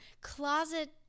closet